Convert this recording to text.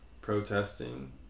protesting